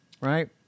right